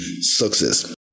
success